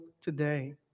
today